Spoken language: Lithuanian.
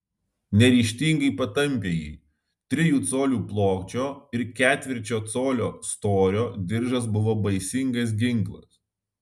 neryžtingai patampė jį trijų colių pločio ir ketvirčio colio storio diržas buvo baisingas ginklas